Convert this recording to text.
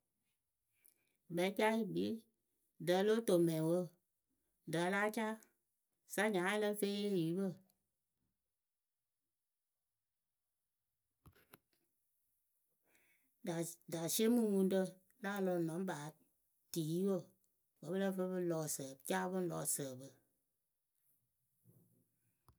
Akpɛɛcaa yɨ kpii ɖǝǝ o lóo toŋ mɛŋwǝ ɖǝ a láa caa sanyaye ǝ lǝ fɨ yɨ yee oyupǝ da dasiemumuŋrǝ láa lɔ noŋba tiyi wǝ wǝ́ pɨ lǝ́ǝ fɨ pɨŋ lɔ ǝsǝ caa pɨŋ lɔ ǝsǝǝpǝ.